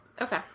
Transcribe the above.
Okay